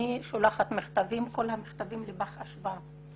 אני שולחת מכתבים וכל המכתבים הולכים לפח אשפה.